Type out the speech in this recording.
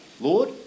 Lord